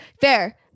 fair